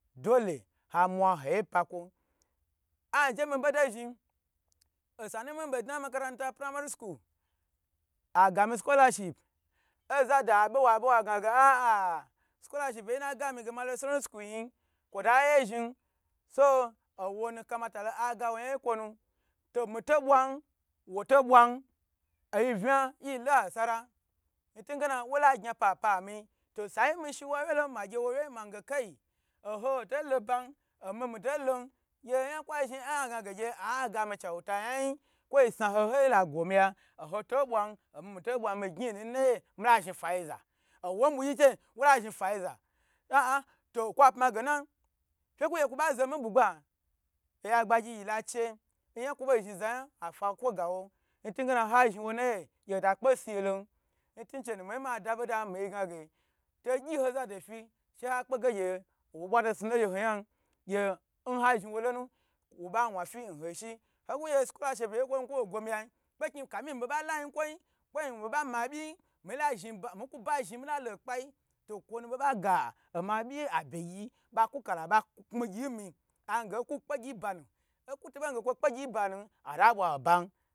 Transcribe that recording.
Dole ha mwa hoyi pa kwo, ayi je mi bo do zhni osa yi mibo dna nmakaranta nprimary school agami scholarship ozado ba wabe wa gna ge aa scholarshipiye naga mi yin ma lo secodnary school yin kwota ye zhni so owonu kamata agawo yan yi kwo nu to mito bwan woto bwa oyi vna yilo asara, ntun gena wola gni apapa mi osanu mi shiwa wye lo ma gye wo wye mange kai oho to lo ban omi mito lo gye yan kwa zhni ayi gna ge agami scholarship chawta yan yin, kwo san ho hoi lo gwo mi ya, hoto bwa omi mito bwa mi gni nu na yi mila zhni fayiza owo bu gyi che wo la zhni fayi za ah ah to okwa pma ge na fa ku gye kwo ba zo mi n bugba oya gbagyi yila che oya kwo bo zhni za yan afa kwo ga wo, ntugena nha zhni wo nayi ota kpe suyelon, nlunchenu miye mada boda minge togyi ho zado fi she ha kpege owo bwa to snu lo ngyeho yan, gye nha zhni wo lonu wo ba wan fi wo ho shi, hoku gye scholarship yenkwo bo gwo miyagi kpekni apin mi bo ba la yinkwo yi kpekni wobo ba ma byi yin mila zhni ba miku ba zhni mila lo n kpaiyi to nkwo nu bo ba ga omabyi abye gyi ba ku kala ba kni gyi mi ange oku kpe nbanu oku to bo kpegyi banu ata bwa aban.